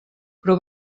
però